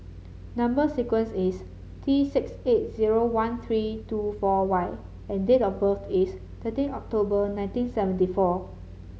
number sequence is T six eight zero one three two four Y and date of birth is thirteen October nineteen seventy four